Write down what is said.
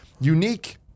unique